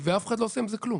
ואף אחד לא עושה עם זה כלום.